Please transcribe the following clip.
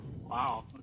wow